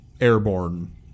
Airborne